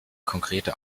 konkrete